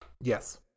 Yes